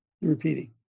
repeating